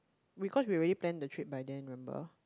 because we already plan the trip by then remember